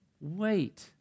wait